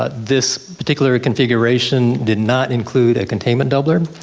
ah this particular ah configuration did not include a containment doubler.